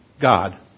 God